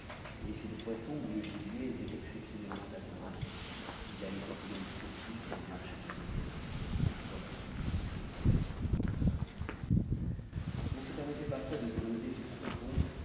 et si le poisson ou le gibier était exceptionnellement abondant il allait écouler le surplus sur les marchés de joliette de sorel et de berthier si on se permettait parfois de gloser sur son compte